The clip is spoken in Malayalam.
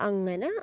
അങ്ങനെ